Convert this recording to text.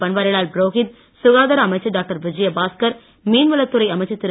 பன்வாரிலால் புரோகித் சுகாதார அமைச்சர் டாக்டர் விஜயபாஸ்கர் மீன்வளத் துறை அமைச்சர் திரு